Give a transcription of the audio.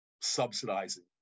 subsidizing